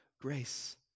grace